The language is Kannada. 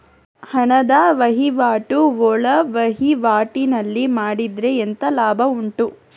ಹಣದ ವಹಿವಾಟು ಒಳವಹಿವಾಟಿನಲ್ಲಿ ಮಾಡಿದ್ರೆ ಎಂತ ಲಾಭ ಉಂಟು?